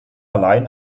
allein